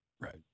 right